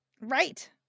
right